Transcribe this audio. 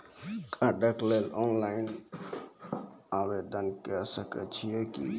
कार्डक लेल ऑनलाइन आवेदन के सकै छियै की?